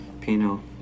pino